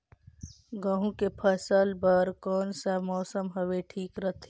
गहूं के फसल बर कौन सा मौसम हवे ठीक रथे?